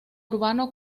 urbano